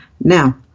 Now